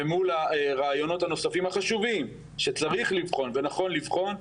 ומול הרעיונות הנוספים החשובים שצריך לבחון ונכון לבחון,